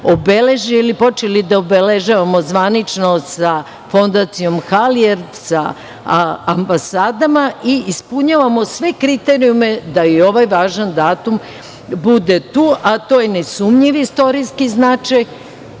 počeli da obeležavamo zvanično sa Fondacijom Halijard, sa ambasadama i ispunjavamo sve kriterijume da i ovaj važan datum bude tu. To je nesumnjiv istorijski značaj.